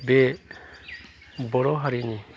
बे बर' हारिनि